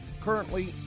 currently